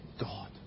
God